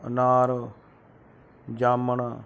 ਅਨਾਰ ਜਾਮਣ